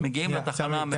ומגיעים לתחנה המרכזית?